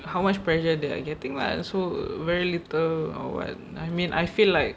how much pressure that are getting lah so very little or what I mean I feel like